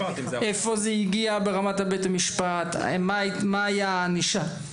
איפה זה הגיע ברמת בית-המשפט, מה הייתה הענישה.